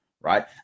right